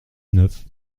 neuf